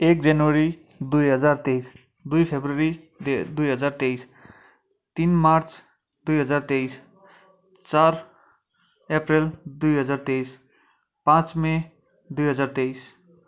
एक जनवरी दुई हजार तेइस दुई फरवरी दुई दुई हजार तेइस तिन मार्च दुई हजार तेइस चार अप्रेल दुई हजार तेइस पाँच मे दुई हजार तेइस